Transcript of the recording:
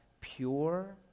pure